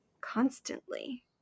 constantly